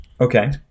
okay